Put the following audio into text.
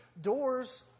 doors